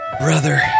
Brother